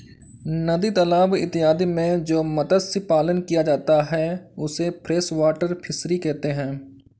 नदी तालाब इत्यादि में जो मत्स्य पालन किया जाता है उसे फ्रेश वाटर फिशरी कहते हैं